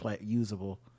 usable